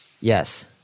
Yes